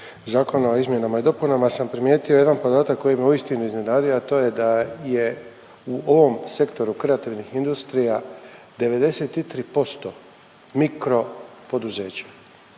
zakona o izmjena i dopunama, sam primijetio jedan podatak koji me uistinu iznenadio, a to je da je u ovom sektoru kreativnih industrija 93% mikro poduzeća